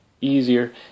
easier